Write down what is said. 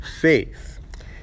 faith